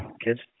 kids